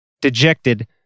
Dejected